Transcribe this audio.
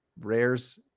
rares